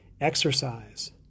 Exercise